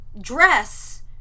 dress